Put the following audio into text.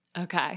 Okay